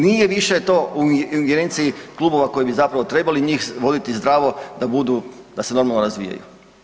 Nije više to u ingerenciji klubova koji bi zapravo trebali njih voditi zdravo, da budu, da se normalno razvijaju.